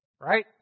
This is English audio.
Right